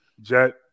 Jet